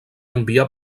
envià